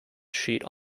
sheet